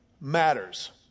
matters